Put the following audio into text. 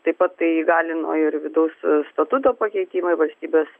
taip pat tai įgalino ir vidaus statuto pakeitimai valstybės